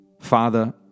father